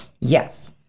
Yes